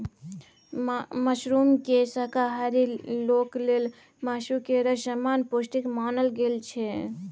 मशरूमकेँ शाकाहारी लोक लेल मासु केर समान पौष्टिक मानल गेल छै